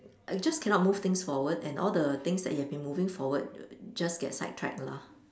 just cannot move things forward and all the things that you've been moving forward err just get sidetrack lah